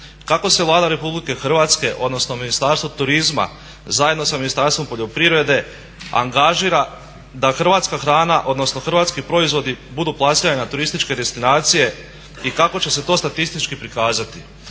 Kako se Vlada RH odnosno Ministarstvo turizma zajedno sa Ministarstvom poljoprivrede angažira da hrvatska hrana, odnosno hrvatski proizvodi budu plasirani na turističke destinacije i kako će se to statistički prikazati?